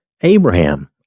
Abraham